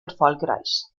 erfolgreich